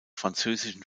französischen